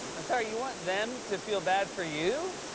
i'm sorry, you want them to feel bad for you?